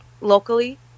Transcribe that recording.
locally